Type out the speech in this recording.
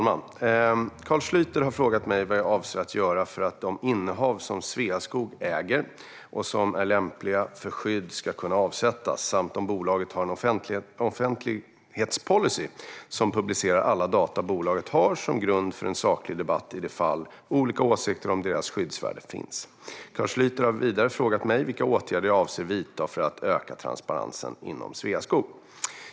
Fru talman! har frågat mig vad jag avser att göra för att de innehav som Sveaskog äger och som är lämpliga för skydd ska kunna avsättas, samt om bolaget har en offentlighetspolicy som publicerar alla data bolaget har som grund för en saklig debatt i de fall olika åsikter om deras skyddsvärde finns. Carl Schlyter har vidare frågat mig vilka åtgärder jag avser att vidta för att öka transparensen inom Sveaskog.